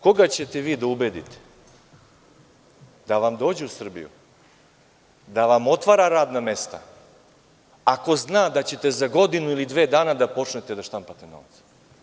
Koga ćete vi da ubedite da vam dođe u Srbiju da vam otvara radna mesta ako zna da ćete za godinu ili dve dana da počnete da štampate novac?